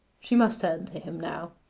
she must turn to him now.